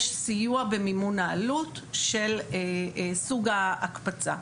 יש סיוע במימון העלות של סוג ההקפצה.